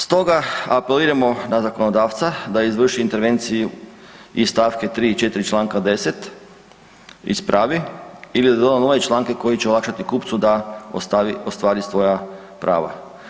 Stoga apeliramo na zakonodavca da izvrši intervenciju iz st. 3. i 4. čl. 10. ispravi ili da doda nove članke koji će olakšati kupcu da ostvari svoja prava.